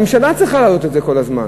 הממשלה צריכה להעלות את זה כל הזמן.